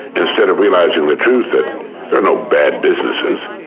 instead of realizing the truth that there are no bad businesses.